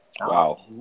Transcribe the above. Wow